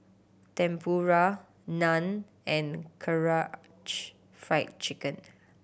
Tempura Naan and Karaage Fried Chicken